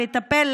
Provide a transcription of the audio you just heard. לטפל,